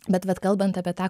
bet vat kalbant apie tą